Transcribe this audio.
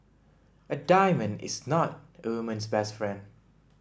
a diamond is not a woman's best friend